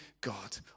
God